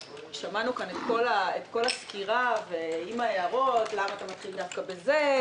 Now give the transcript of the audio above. שמענו פה את כל הסקירה עם כל ההערות: למה אתה מתחיל דווקא בזה,